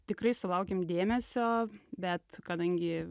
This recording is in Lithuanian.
tikrai sulaukėm dėmesio bet kadangi